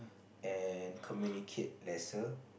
and communicate lesser